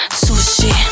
sushi